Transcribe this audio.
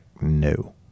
no